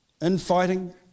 infighting